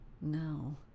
no